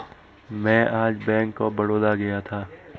मैं आज bank of Baroda गया था